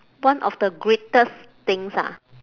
one of the greatest things ah